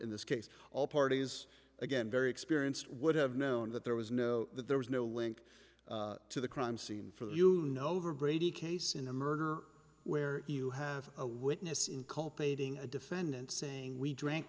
in this case all parties again very experienced would have known that there was no that there was no link to the crime scene for the you know over brady case in a murder where you have a witness in cultivating a defendant saying we drank